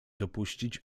dopuścić